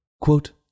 Quote